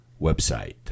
website